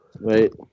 Right